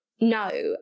no